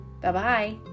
Bye-bye